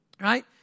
right